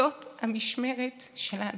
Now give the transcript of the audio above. זאת המשמרת שלנו.